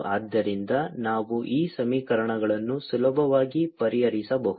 ಆದ್ದರಿಂದ ನಾವು ಈ ಸಮೀಕರಣಗಳನ್ನು ಸುಲಭವಾಗಿ ಪರಿಹರಿಸಬಹುದು